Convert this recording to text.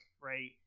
right